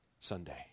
Sunday